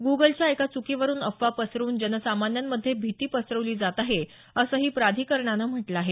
ग्रगलच्या एका च्कीवरून अफवा पसरवून जनसामान्यांमध्ये भीती पसरवली जात आहे असंही प्राधिकरणानं म्हटलं आहे